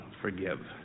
forgive